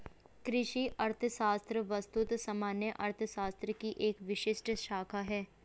कृषि अर्थशास्त्र वस्तुतः सामान्य अर्थशास्त्र की एक विशिष्ट शाखा है